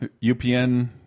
UPN